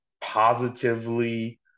positively